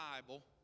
Bible